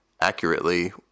accurately